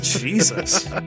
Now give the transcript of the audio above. Jesus